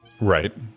Right